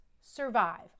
survive